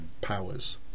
powers